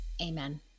Amen